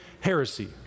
heresy